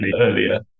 earlier